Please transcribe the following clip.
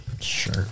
Sure